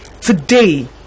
today